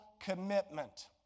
commitment